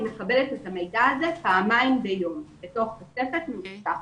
היא מקבלת את המידע הזה פעמיים ביום בתוך כספת מאובטחת.